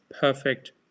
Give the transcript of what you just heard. Perfect